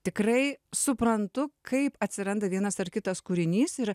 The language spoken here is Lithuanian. tikrai suprantu kaip atsiranda vienas ar kitas kūrinys ir